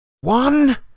One